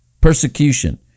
persecution